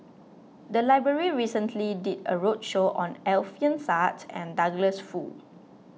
the library recently did a roadshow on Alfian Sa'At and Douglas Foo